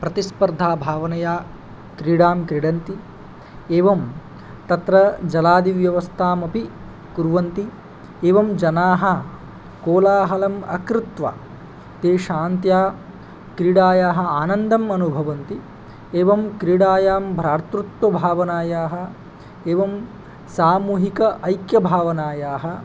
प्रतिस्पर्धाभावनया क्रीडां क्रीडन्ति एवं तत्र जलादिव्यवस्थामपि कुर्वन्ति एवं जनाः कोलाहलम् अकृत्वा ते शान्त्या क्रीडायाः आनन्दम् अनुभवन्ति एवं क्रीडायां भातृत्वभावनायाः एवं सामूहिक ऐक्यभावनायाः